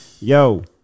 Yo